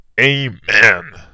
Amen